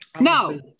No